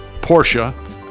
Porsche